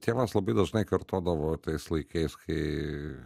tėvas labai dažnai kartodavo tais laikais kai